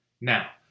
Now